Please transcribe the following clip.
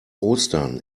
ostern